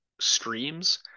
streams